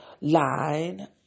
line